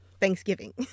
Thanksgiving